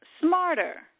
smarter